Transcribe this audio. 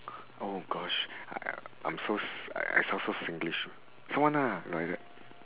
oh gosh I'm so I sound so singlish someone lah like that